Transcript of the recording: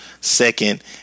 second